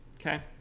okay